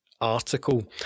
article